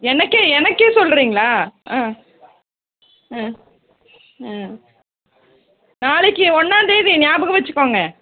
எனக்கே எனக்கே சொல்லுறீங்களா ஆ ஆ ஆ நாளைக்கு ஒன்னாந்தேதி ஞாபகம் வச்சிக்கோங்க